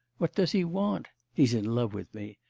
what does he want? he's in love with me.